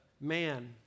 man